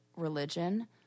religion